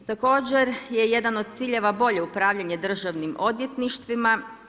Također je jedan od ciljeva bolje upravljanje državnim odvjetništvima.